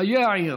חיי העיר.